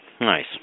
Nice